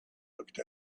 looked